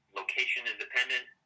location-independent